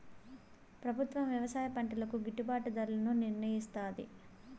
ప్రభుత్వం వ్యవసాయ పంటలకు గిట్టుభాటు ధరలను నిర్ణయిస్తాది